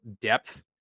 depth